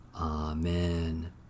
Amen